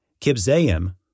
Kibzaim